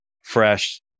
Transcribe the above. fresh